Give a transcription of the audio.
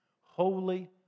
holy